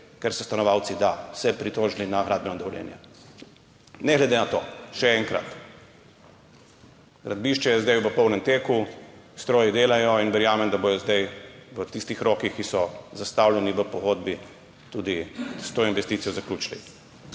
ker so se stanovalci pritožili na gradbeno dovoljenje. Ne glede na to, še enkrat, gradbišče je zdaj v polnem teku, stroji delajo in verjamem, da bodo zdaj v tistih rokih, ki so zastavljeni v pogodbi, tudi s to investicijo zaključili.